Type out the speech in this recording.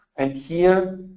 and here,